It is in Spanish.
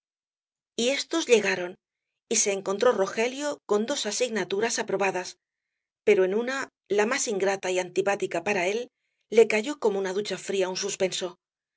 y éstos llegaron y se encontró rogelio con dos asignaturas aprobadas pero en una la más ingrata y antipática para él le cayó como una ducha fría un suspenso de